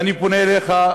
ואני פונה אליך,